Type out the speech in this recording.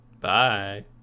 Bye